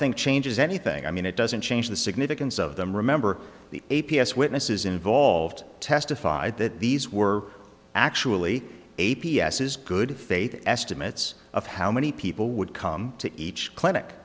think changes anything i mean it doesn't change the significance of them remember the a p s witnesses involved testified that these were actually a p s is good faith estimates of how many people would come to each clinic